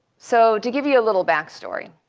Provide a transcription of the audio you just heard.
so to give you a little back story,